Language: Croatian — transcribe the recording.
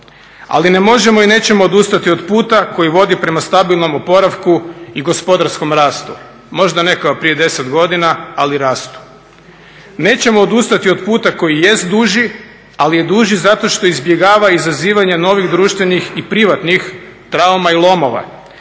Ali ne možemo i nećemo odustati od puta koji vodi prema stabilnom oporavku i gospodarskom rastu, možda ne kao prije deset godina ali rastu. Nećemo odustati od puta koji jest duži, ali je duži zato što izbjegava izazivanja novih društvenih i privatnih trauma i lomova.